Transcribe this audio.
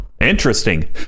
Interesting